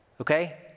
okay